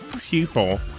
people